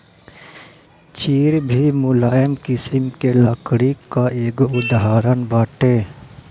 चीड़ भी मुलायम किसिम के लकड़ी कअ एगो उदाहरण बाटे